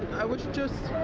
i was just